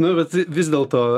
nu bet vi vis dėlto